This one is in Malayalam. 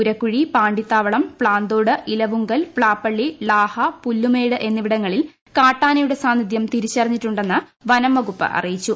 ഉരക്കുഴി പാണ്ടിത്താവളംപ്താന്തോട് ഇലവുങ്കൽ പ്ലാപ്പള്ളി ളാഹ പുല്ലുമേട് എന്നിവിടങ്ങളിൽ കാട്ടാനയുടെ സാന്നിധ്യം തിരിച്ചറിഞ്ഞിട്ടുണ്ടെന്ന് വനം വകുപ്പ് അറിയിച്ചു